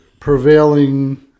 prevailing